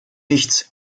nichts